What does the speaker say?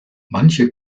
manche